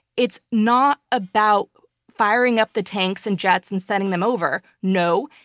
it's not about firing up the tanks and jets and sending them over. no,